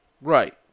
Right